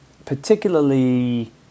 Particularly